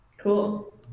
cool